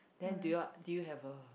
then do you do you have a